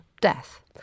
death